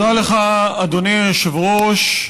תודה לך, אדוני היושב-ראש.